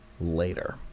later